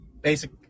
basic